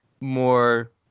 more